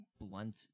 blunt